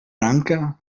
ranka